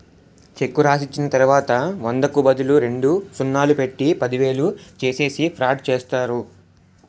చెక్కు రాసిచ్చిన తర్వాత వందకు బదులు రెండు సున్నాలు పెట్టి పదివేలు చేసేసి ఫ్రాడ్ చేస్తారు